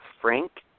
Frank